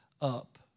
up